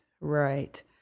right